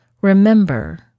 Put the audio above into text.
Remember